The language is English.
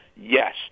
Yes